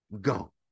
Go